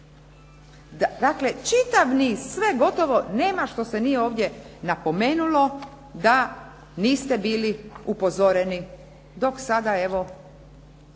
Dakle, čitav niz, sve gotovo, nema što se nije ovdje napomenulo da niste bili upozoreni dok sada evo